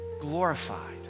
glorified